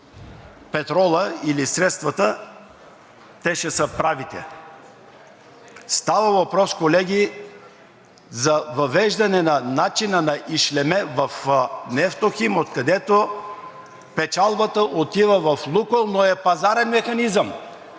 петролът или средствата, те ще са правите. Става въпрос, колеги, за въвеждане на ишлеме в „Нефтохим“, откъдето печалбата отива в „Лукойл“, но е пазарен механизъм!